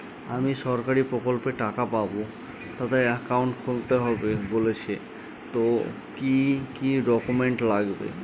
আমি সরকারি প্রকল্পের টাকা পাবো তাতে একাউন্ট খুলতে হবে বলছে তো কি কী ডকুমেন্ট লাগবে?